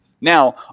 Now